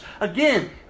Again